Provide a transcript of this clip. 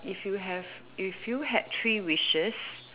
if you have if you had three wishes